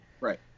Right